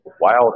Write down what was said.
wild